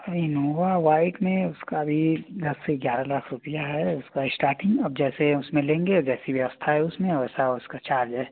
Innova white में उसका भी दस से ग्यारह लाख रुपया है उसका स्टार्टिंग आप जैसे उसमें लेंगे जैसी व्यवस्था है उसमें वैसा उसका चार्ज है